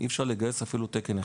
ואי אפשר לגייס אפילו תקן אחד.